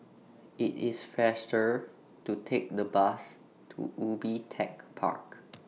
IT IS faster to Take The Bus to Ubi Tech Park